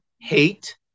hate